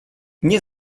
nie